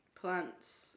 plants